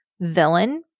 villain